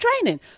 training